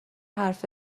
حرف